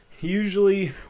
usually